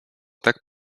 tak